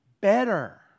better